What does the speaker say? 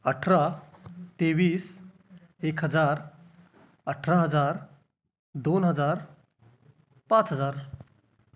अठरा तेवीस एक हजार अठरा हजार दोन हजार पाच हजार